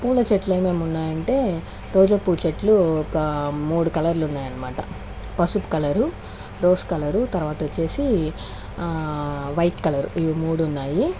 పూల చెట్లు ఏమేమి ఉన్నాయంటే రోజా పూలు చెట్లు ఒక మూడు కలర్లు ఉన్నాయనమాట పసుపు కలరు రోజ్ కలరు తర్వాత వచ్చేసి వైట్ కలరు ఈ మూడు ఉన్నాయి